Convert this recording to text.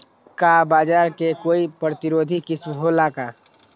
का बाजरा के कोई प्रतिरोधी किस्म हो ला का?